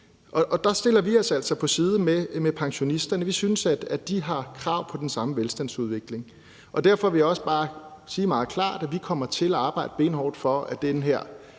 og der stiller vi os altså på pensionisternes side. Vi synes, at de har krav på den samme velstandsudvikling. Derfor vil jeg også bare sige meget klart, at vi kommer til at arbejde benhårdt for, at den her